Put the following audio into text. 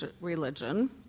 religion